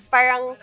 Parang